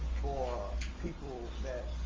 for people that's